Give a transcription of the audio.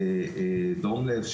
דום לב,